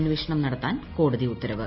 അന്വേഷണം നടത്താൻ കോടതി ഉത്തരവ്